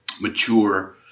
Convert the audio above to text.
mature